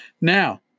Now